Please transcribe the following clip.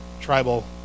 tribal